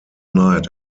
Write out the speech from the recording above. night